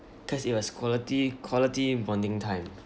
cause it was quality quality bonding time